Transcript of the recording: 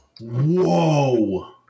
Whoa